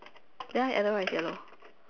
the Adam one is yellow